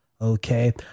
Okay